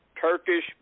Turkish